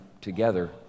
together